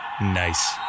Nice